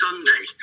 Sunday